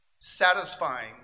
satisfying